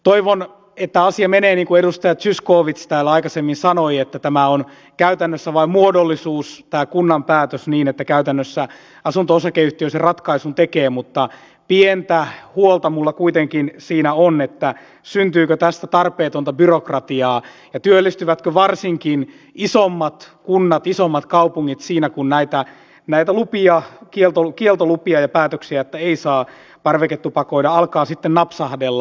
toivon että asia menee niin niin kuin edustaja zyskowicz täällä aikaisemmin sanoi että tämä kunnan päätös on käytännössä vain muodollisuus niin että käytännössä asunto osakeyhtiö sen ratkaisun tekee mutta pientä huolta minulla kuitenkin siinä on syntyykö tästä tarpeetonta byrokratiaa ja työllistyvätkö varsinkin isommat kunnat ja kaupungit siinä kun näitä kieltolupia ja päätöksiä että ei saa parveketupakoida alkaa sitten napsahdella